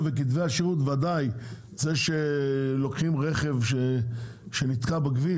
בוודאי כתבי השירות זה שלוקחים רכב שנתקע בכביש,